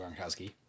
Gronkowski